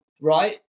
right